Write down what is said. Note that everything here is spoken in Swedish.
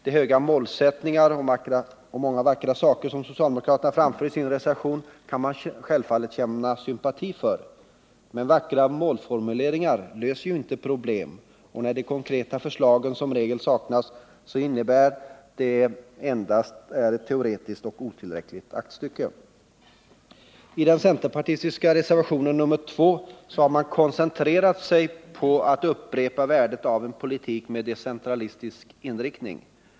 De höga målsättningar och många vackra tankar som socialdemokraterna framför i sin reservation kan man självfallet känna sympati för, men vackra målformuleringar löser ju inte problemen, och när de konkreta förslagen som regel saknas så innebär det att det skrivna endast är ett teoretiskt och otillräckligt aktstycke. I den centerpartistiska reservationen nr 2 har man koncentrerat sig på att upprepa värdet av en politik med decentralistisk inriktning.